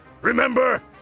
Remember